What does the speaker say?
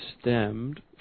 stemmed